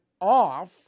off